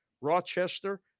Rochester